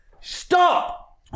Stop